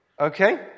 okay